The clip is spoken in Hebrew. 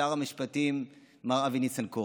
שר המשפטים מר אבי ניסנקורן,